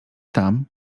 tam